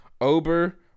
Ober